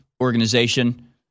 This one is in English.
organization